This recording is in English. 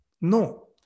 No